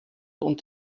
und